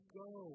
go